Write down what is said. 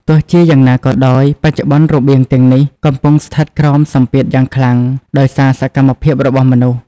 ទោះជាយ៉ាងណាក៏ដោយ បច្ចុប្បន្នរបៀងទាំងនេះកំពុងស្ថិតក្រោមសម្ពាធយ៉ាងខ្លាំង ដោយសារសកម្មភាពរបស់មនុស្ស។